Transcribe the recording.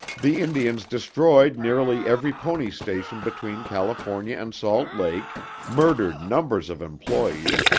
the indians destroyed nearly every pony station between california and salt lake, murdered numbers of employes,